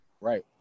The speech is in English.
right